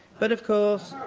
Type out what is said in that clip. but, of course,